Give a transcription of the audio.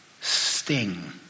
sting